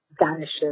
vanishes